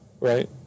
right